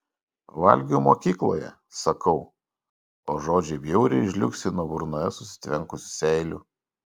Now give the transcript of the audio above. pavalgiau mokykloje sakau o žodžiai bjauriai žliugsi nuo burnoje susitvenkusių seilių